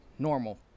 normal